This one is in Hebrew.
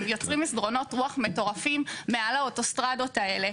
הם יוצאים מסדרונות רוח מטורפים מעל האוטוסטרדות האלה,